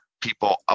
people